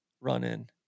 run-in